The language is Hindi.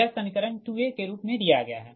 यह समीकरण 2 a के रूप में दिया गया है